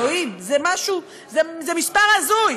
אלוהים, זה משהו, זה מספר הזוי.